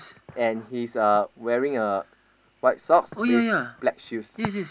and he's uh wearing a white socks with black shoes